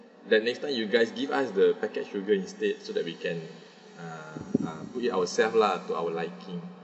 the next time you guys give us the package sugar instead so that we can uh uh put it ourselves lah to our liking